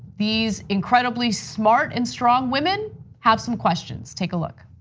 these incredibly smart and strong women have some questions. take a look.